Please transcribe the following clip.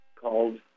called